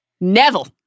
Neville